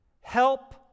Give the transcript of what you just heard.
help